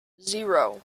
zero